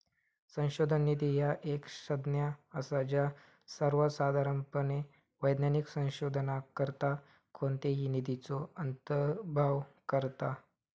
संशोधन निधी ह्या एक संज्ञा असा ज्या सर्वोसाधारणपणे वैज्ञानिक संशोधनाकरता कोणत्याही निधीचो अंतर्भाव करता